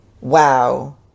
Wow